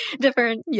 different